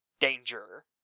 danger